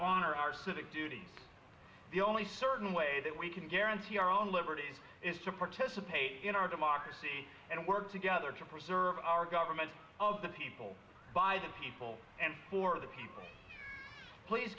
on our civic duty the only certain way that we can guarantee our own liberty is to participate in our democracy and work together to preserve our government of the people by the people and for the people please